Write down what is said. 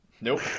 Nope